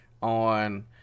on